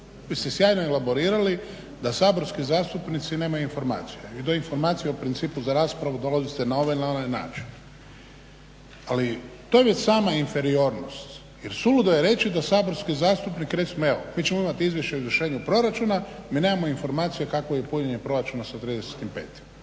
Vi ste sjajno elaborirali da saborski zastupnici nemaju informacije i to informacije u principu za raspravu … na ovaj ili na onaj način. Ali, to je već sama inferiornost. Jer suludo je reći da saborski zastupnik, recimo evo mi ćemo Izvješće o izvršenju proračuna, mi nemamo informacije kakvo je punjenje proračuna sa 30.05.